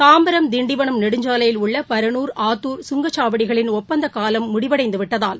தாம்பரம் திண்டிவனம் நெடுஞ்சாலையில் உள்ளபரலூர் ஆத்துர் சுங்கக்சாவடிகளின் ஒப்பந்தகாலம் முடிவடைந்துவிட்டதால்